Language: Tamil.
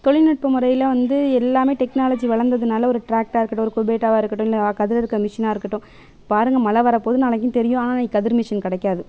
தொழில்நுட்ப முறையில் வந்து எல்லாம் டெக்னாலஜி வளந்ததினால ஒரு டிராக்டரா இருக்கட்டும் ஒரு குபேட்டாவாக இருக்கட்டும் இல்லை கதிர் அறுக்கிற மிஷினாக இருக்கட்டும் பாருங்கள் மழை வரப்போகுது நாளைக்கு தெரியும் ஆனால் இன்னைக்கி கதிர் மிஷின் கிடைக்காது